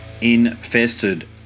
Infested